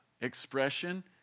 expression